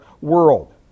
world